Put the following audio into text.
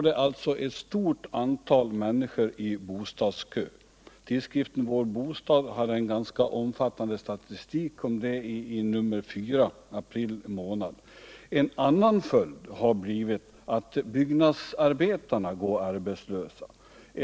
Det står ett stort antal människor i bostadskö. Tidskriften Vår Bostad hade en ganska omfattande statistik över det i nr 4 i april månad. En annan följd har blivit att byggnadsarbetare går arbetslösa.